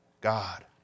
God